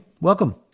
welcome